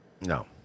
No